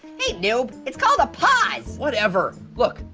hey, noob. it's called a pause. whatever. look,